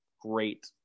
great